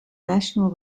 national